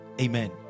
amen